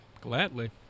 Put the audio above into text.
gladly